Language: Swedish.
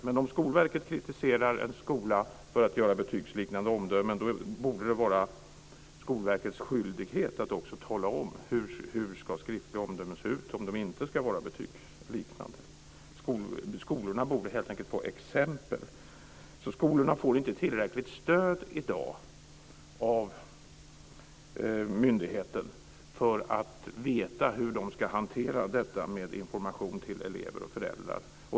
Men om Skolverket kritiserar en skola för att den ger betygsliknande omdömen borde det vara Skolverkets skyldighet att också tala om hur skriftliga omdömen ska se ut om de inte ska vara betygsliknande. Skolorna borde helt enkelt få exempel. Skolorna får inte tillräckligt stöd i dag av myndigheten för att de ska kunna veta hur de ska hantera informationen till elever och föräldrar.